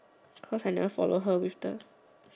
cause I never follow her with the